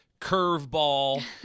curveball